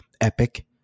epic